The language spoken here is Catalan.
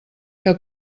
que